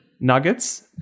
Nuggets